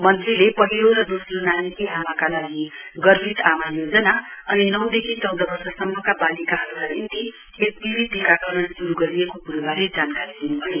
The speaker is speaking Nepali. मन्त्रीले पहिलो र दोस्रो नानीकी आमाका लागि गर्वित आमा योजना अनि नौ देखि चौध वर्षसम्मका बालिकाहरूका निम्ति एचपीभी टीकाकरण श्रू गरिएको क्रोबारे जानकारी दिनुभयो